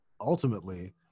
ultimately